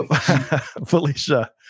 Felicia